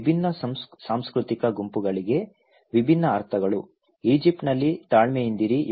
ವಿಭಿನ್ನ ಸಾಂಸ್ಕೃತಿಕ ಗುಂಪುಗಳಿಗೆ ವಿಭಿನ್ನ ಅರ್ಥಗಳು ಈಜಿಪ್ಟ್ನಲ್ಲಿ ತಾಳ್ಮೆಯಿಂದಿರಿ